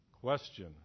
Question